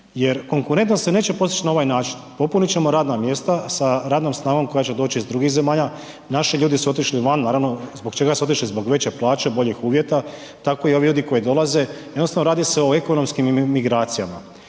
jer konkurentnost se neće postići na ovaj način, popunit ćemo radna mjesta sa radnom snagom koja će doći iz drugih zemalja, naši ljudi su otišli van, naravno zbog čega su otišli, zbog veće plaće, boljih uvjeta tako i ovi ljudi koji dolaze, jednostavno radi se o ekonomskim migracijama